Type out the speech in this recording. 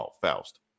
Faust